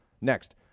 Next